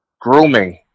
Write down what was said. grooming